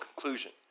conclusion